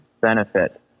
benefit